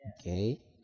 Okay